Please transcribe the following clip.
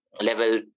Level